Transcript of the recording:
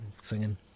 singing